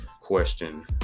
question